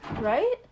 Right